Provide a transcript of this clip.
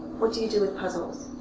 what do you do with puzzles?